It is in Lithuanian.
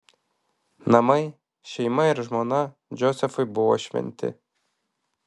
namai šeima ir žmona džozefui buvo šventi